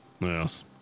Yes